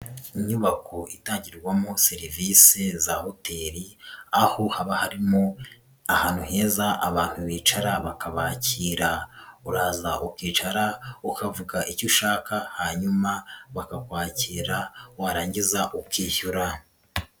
Inyubako itangirwamo serivisi za hoteli, aho haba harimo ahantu heza abantu bicara bakabakira, uraza ukicara, ukavuga icyo ushaka, hanyuma bakakwakira, warangiza ukishyura.